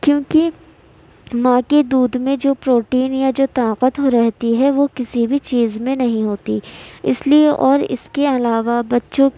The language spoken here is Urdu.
کیونکہ ماں کے دودھ میں جو پروٹین یا جو طاقت رہتی ہے وہ کسی بھی چیز میں نہیں ہوتی اس لیے اور اس کے علاوہ بچوں